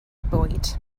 bwyd